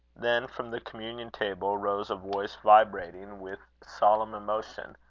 then, from the communion-table, rose a voice vibrating with solemn emotion,